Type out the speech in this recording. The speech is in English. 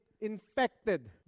Infected